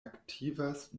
aktivas